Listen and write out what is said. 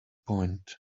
point